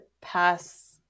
pass